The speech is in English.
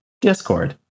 Discord